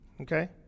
okay